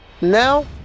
Now